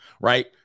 Right